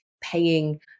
paying